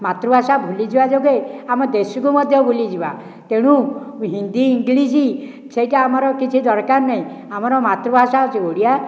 ମାତୃଭାଷା ଭୁଲିଯିବା ଯୋଗେଁ ଆମ ଦେଶକୁ ମଧ୍ୟ ଭୁଲିଯିବା ତେଣୁ ହିନ୍ଦୀ ଇଂଲିଶ ସେଇଟା ଆମର କିଛି ଦରକାର ନାହିଁ ଆମର ମାତୃଭାଷା ହେଉଛି ଓଡ଼ିଆ